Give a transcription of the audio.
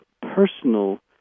personal